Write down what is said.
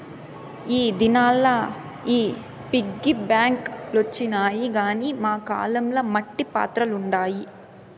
ఈ దినాల్ల ఈ పిగ్గీ బాంక్ లొచ్చినాయి గానీ మా కాలం ల మట్టి పాత్రలుండాయి